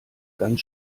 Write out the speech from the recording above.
ganz